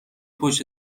پشت